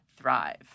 thrive